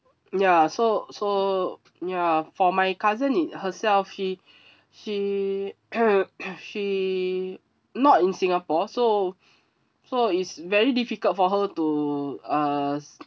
ya so so ya for my cousin it herself she she she not in singapore so so it's very difficult for her to uh